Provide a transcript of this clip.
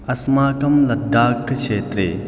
अस्माकं लद्दाखक्षेत्रे